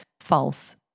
False